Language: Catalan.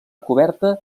coberta